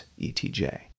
ETJ